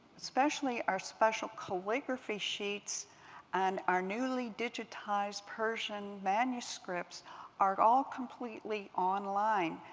especially our special calligraphy sheets and our newly digitized persian manuscripts are all completely online,